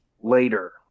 later